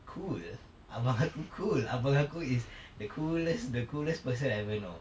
cool abang aku cool abang aku is the coolest the coolest person I've ever know